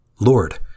Lord